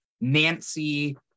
Nancy